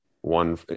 one